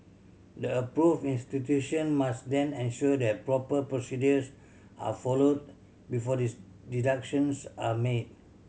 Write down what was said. the approved institution must then ensure that proper procedures are followed before deductions are made